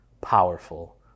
powerful